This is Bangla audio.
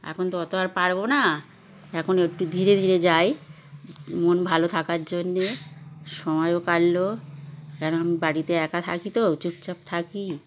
এখন তো অত আর পারব না এখন একটু ধীরে ধীরে যাই মন ভালো থাকার জন্যে সময়ও কাটল কেন আমি বাড়িতে একা থাকি তো চুপচাপ থাকি